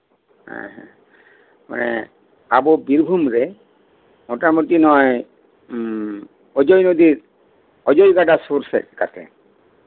ᱦᱮᱸ ᱦᱮᱸ ᱢᱟᱱᱮ ᱟᱵᱚ ᱵᱤᱨᱵᱷᱩᱢᱨᱮ ᱢᱳᱴᱟᱢᱩᱴᱤ ᱱᱚᱜ ᱚᱭ ᱚᱡᱚᱭ ᱱᱚᱫᱤᱨ ᱚᱡᱚᱭ ᱜᱟᱰᱟ ᱥᱩᱨ ᱥᱮᱫ